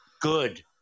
Good